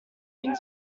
been